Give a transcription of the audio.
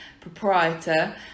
proprietor